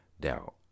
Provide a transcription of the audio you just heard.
doubt